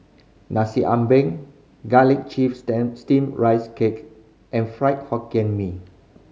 Nasi Ambeng garlic chives Steamed Rice Cake and Fried Hokkien Mee